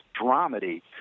dramedy